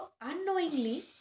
unknowingly